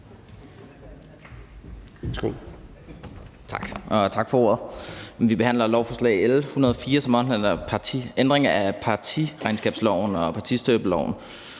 Tak for ordet. Vi behandler lovforslag L 104, som omhandler en ændring af partiregnskabsloven og partistøtteloven.